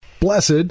Blessed